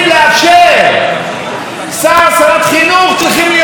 שרת חינוך צריכים להיות אלה שמגינים מפני